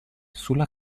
sulla